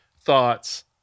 thoughts